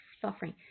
suffering